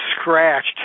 scratched